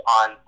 on